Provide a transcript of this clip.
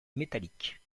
métallique